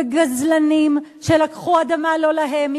בגזלנים שלקחו אדמה לא להם,